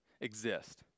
exist